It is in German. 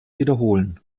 wiederholen